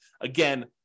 Again